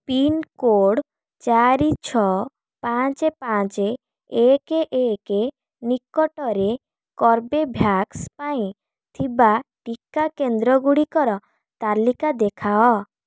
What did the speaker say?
pincode ଚାରି ଛଅ ପାଞ୍ଚ ପାଞ୍ଚ ଏକ ଏକ ନିକଟରେ କର୍ବେଭ୍ୟାକ୍ସ ପାଇଁ ଥିବା ଟୀକା କେନ୍ଦ୍ର ଗୁଡ଼ିକର ତାଲିକା ଦେଖାଅ